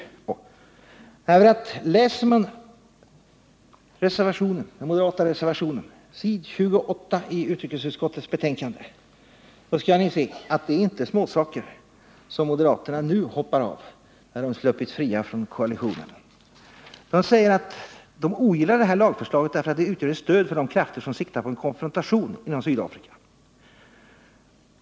Läser man vad som står i den moderata reservationen på s. 28 i utrikesutskottets betänkande, så finner man att det inte är fråga om småsaker som moderaterna nu hoppar av, när de sluppit fria från koalitionen. De säger att de ogillar lagförslaget därför att det ”utgör ett stöd för de krafter som siktar på en konfrontation inom Sydafrika”.